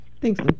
Thanks